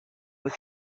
were